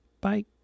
Bye